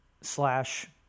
slash